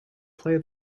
play